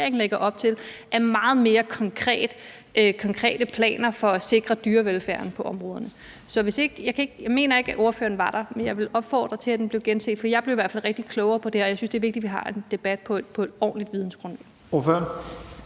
lægger op til, er meget mere konkrete planer for at sikre dyrevelfærden på områderne. Jeg mener ikke, at ordføreren var der, men jeg vil opfordre til at gense det, for jeg blev hvert fald rigtig meget klogere på det her, og jeg synes, det er vigtigt, at vi har en debat på et ordentligt vidensgrundlag.